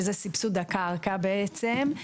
שזה סבסוד הקרקע בעצם,